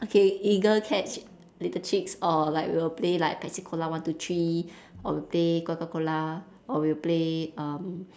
okay eagle catch little chicks or like we'll play like pepsi cola one two three or play coca cola or we'll play um